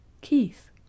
Keith